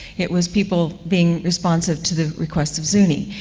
it was people being responsible to the requests of zuni.